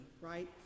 Right